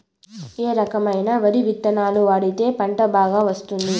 ఏ రకమైన వరి విత్తనాలు వాడితే పంట బాగా వస్తుంది?